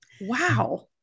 Wow